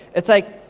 it's like,